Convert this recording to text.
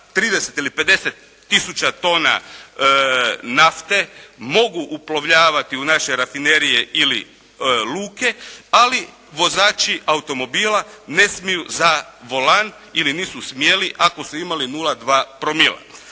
30 ili 50 tisuća tona nafte mogu uplovljavati u naše rafinerije ili luke. Ali vozači automobila ne smiju za volan ili nisu smjeli ako su imali 0,2 promila.